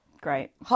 Great